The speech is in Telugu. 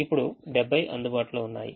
ఇప్పుడు 70 అందుబాటులో ఉన్నాయి